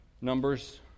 Numbers